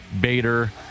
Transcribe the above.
bader